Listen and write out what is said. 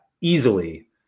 easily